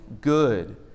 good